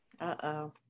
Uh-oh